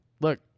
look